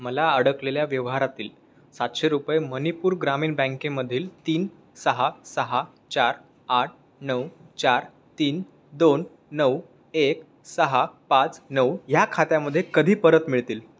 मला अडकलेल्या व्यवहारातील सातशे रुपये मणिपूर ग्रामीण बँकेमधील तीन सहा सहा चार आठ नऊ चार तीन दोन नऊ एक सहा पाच नऊ ह्या खात्यामध्ये कधी परत मिळतील